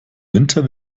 winter